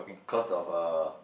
cause of uh